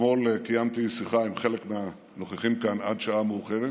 אתמול קיימתי שיחה עם חלק מהנוכחים כאן עד שעה מאוחרת,